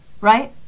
right